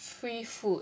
free food